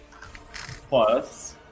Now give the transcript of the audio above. plus